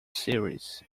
series